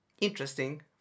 Interesting